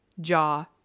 jaw